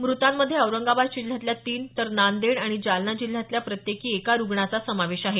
मृतांमध्ये औरंगाबाद जिल्ह्यातल्या तीन तर नांदेड आणि जालना जिल्ह्यातल्या प्रत्येकी एका रुग्णाचा समावेश आहे